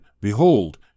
Behold